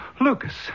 Lucas